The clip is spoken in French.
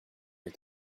est